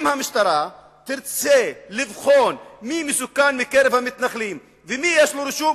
אם המשטרה תרצה לבחון מי מסוכן מקרב המתנחלים ומי יש לו רישום,